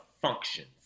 functions